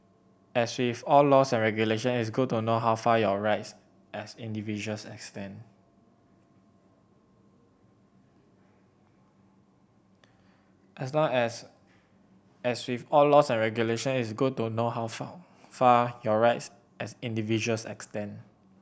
as with all laws and regulation it's good to know how far your rights as individuals extend as long as as with all laws and regulation it's good to know how far your rights as individuals extend